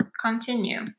continue